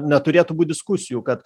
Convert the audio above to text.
neturėtų būt diskusijų kad